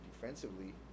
defensively